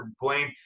blame